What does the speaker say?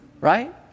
Right